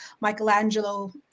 Michelangelo